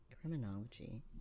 Criminology